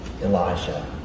Elijah